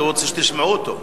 רוצה שתשמעו אותו.